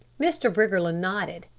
mr. briggerland nodded.